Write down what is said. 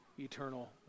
Eternal